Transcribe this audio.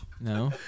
No